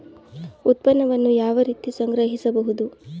ಉತ್ಪನ್ನವನ್ನು ಯಾವ ರೀತಿ ಸಂಗ್ರಹಿಸಬಹುದು?